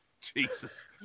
Jesus